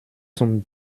zum